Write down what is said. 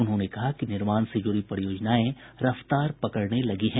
उन्होंने कहा कि निर्माण से जुड़ी परियोजनाएं रफ्तार पकड़ने लगी हैं